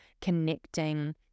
connecting